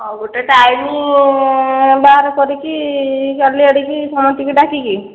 ହେଉ ଗୋଟିଏ ଟାଇମ୍ ବାହାର କରିକି କାଲିଆଡ଼ିକୁ ସମସ୍ତଙ୍କୁ ଡାକିକି